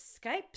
Skype